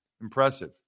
Impressive